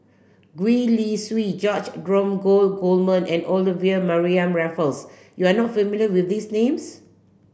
Gwee Li Sui George Dromgold Coleman and Olivia Mariamne Raffles you are not familiar with these names